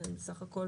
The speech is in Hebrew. בסך הכול